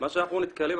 אנחנו נתקלים,